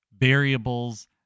variables